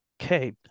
Okay